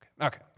okay